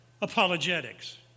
apologetics